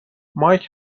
مایک